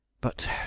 But